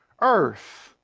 earth